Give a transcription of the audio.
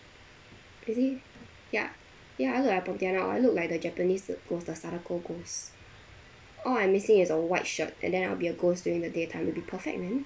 yup ya I look like a pontianak what I look like the japanese the ghost the sadako ghost all I'm missing is a white shirt and then I'll be a ghost during the daytime it'll be perfect man